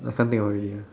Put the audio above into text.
I can't think already ah